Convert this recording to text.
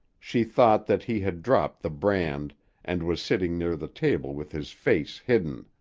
she thought that he had dropped the brand and was sitting near the table with his face hidden.